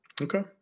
Okay